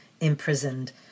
imprisoned